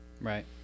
Right